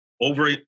over